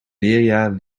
leerjaar